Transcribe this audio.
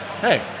hey